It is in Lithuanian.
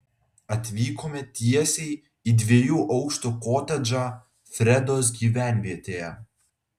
atvykome tiesiai į dviejų aukštų kotedžą fredos gyvenvietėje